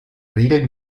regeln